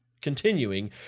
Continuing